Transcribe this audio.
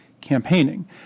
campaigning